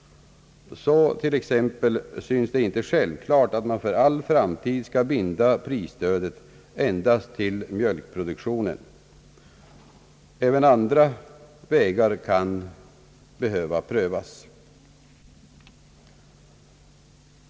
Så t.ex. synes det inte självklart, att man för all framtid skall binda prisstödet endast till mjölkproduktionen. Även andra vägar kan behöva prövas.